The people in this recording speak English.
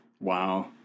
Wow